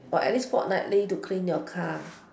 or at least fortnightly to clean your car